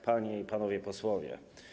Panie i Panowie Posłowie!